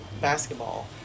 basketball